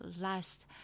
last